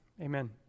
Amen